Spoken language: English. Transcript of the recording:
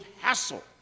hassle